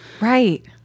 Right